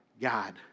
God